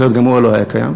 אחרת גם הוא לא היה קיים.